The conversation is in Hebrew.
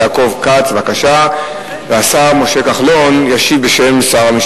בעד, 29, אין מתנגדים ואין נמנעים.